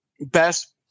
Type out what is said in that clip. best